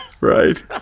right